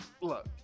Look